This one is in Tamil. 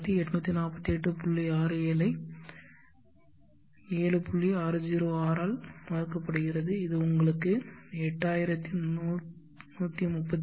606 ஆல் வகுக்கப்படுகிறது இது உங்களுக்கு 8131